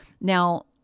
Now